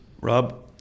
Rob